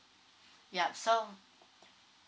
ya so